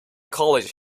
college